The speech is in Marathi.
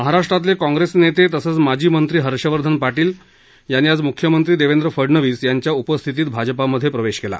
महाराष्ट्रातले काँग्रेस नेते तसंच माजी मंत्री हर्षवर्धन पाटील यांनी आज मुख्यमंत्री देवेंद्र फडणवीस यांच्या उपस्थितीत भाजपामध्ये प्रवेश केला